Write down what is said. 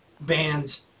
bands